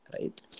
right